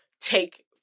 take